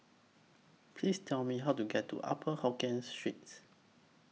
Please Tell Me How to get to Upper Hokkien Streets